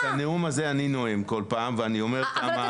את הנאום הזה אני נואם כל פעם ואני אומר כמה הוועדה זה.